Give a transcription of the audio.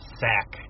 sack